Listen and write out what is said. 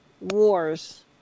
wars